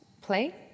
play